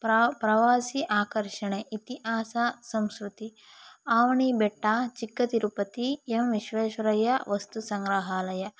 ಪ್ರ ಪ್ರವಾಸಿ ಆಕರ್ಷಣೆ ಇತಿಹಾಸ ಸಂಸ್ಕೃತಿ ಅವನಿ ಬೆಟ್ಟ ಚಿಕ್ಕ ತಿರುಪತಿ ಎಮ್ ವಿಶ್ವೇಶ್ವರಯ್ಯ ವಸ್ತು ಸಂಗ್ರಹಾಲಯ